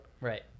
Right